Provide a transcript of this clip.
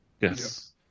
Yes